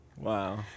Wow